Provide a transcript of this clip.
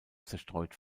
zerstreut